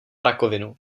rakovinu